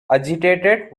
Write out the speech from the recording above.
agitated